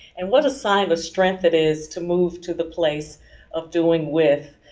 and what a sign of strength it is to move to the place of doing with